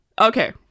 Okay